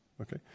Okay